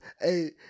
Hey